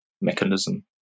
mechanism